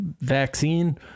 vaccine